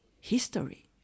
history